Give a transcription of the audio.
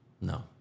No